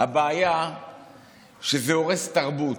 הבעיה שזה הורס תרבות,